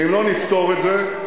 אם לא נפתור את זה,